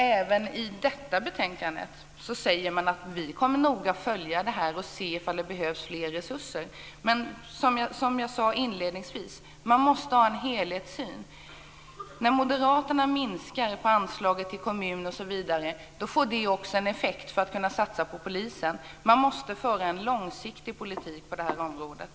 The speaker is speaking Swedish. Även i detta betänkande säger man att man noga kommer att följa detta och se om det behövs mer resurser. Men som jag sade inledningsvis, man måste ha en helhetssyn. När moderaterna minskar anslaget till kommunerna m.m. får det också en effekt på möjligheten att satsa på polisen. Man måste föra en långsiktig politik på det här området.